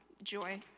Joy